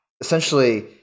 Essentially